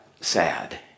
sad